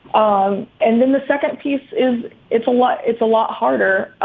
um and then the second piece is it's a lot it's a lot harder.